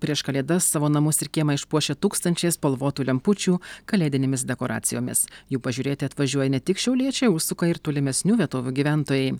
prieš kalėdas savo namus ir kiemą išpuošia tūkstančiais spalvotų lempučių kalėdinėmis dekoracijomis jų pažiūrėti atvažiuoja ne tik šiauliečiai užsuka ir tolimesnių vietovių gyventojai